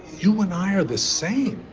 you and i are the same.